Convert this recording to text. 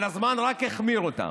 אבל הזמן רק החמיר אותן.